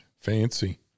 Fancy